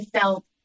felt